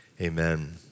Amen